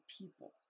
people